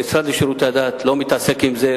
המשרד לשירותי הדת לא מתעסק עם זה,